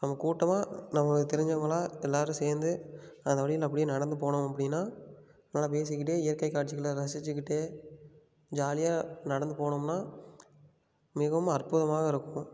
அங்கே கூட்டமாக நம்மளுக்கு தெரிஞ்சவங்களாக எல்லோரும் சேர்ந்து அந்த வழி அப்படி நடந்து போனோம் அப்படின்னா நல்லா பேசிக்கிட்டே இயற்கைக் காட்சிகளை ரசித்துக்கிட்டே ஜாலியாக நடந்து போனோம்ன்னால் மிகவும் அற்புதமாக இருக்கும்